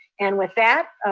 and with that,